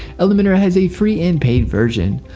elementor has a free and paid version.